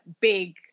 big